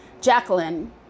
jacqueline